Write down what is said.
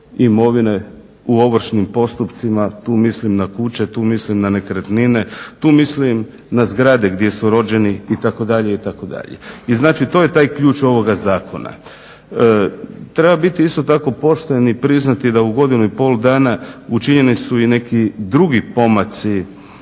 imovine u ovršnim postupcima. Tu mislim na kuće, tu mislim na nekretnine, tu mislim na zgrade gdje su rođeni itd., itd. I znači to je taj ključ ovoga zakona. Treba biti isto tako pošten i priznati da u godinu i pol dana učinjeni su i neki drugi pomaci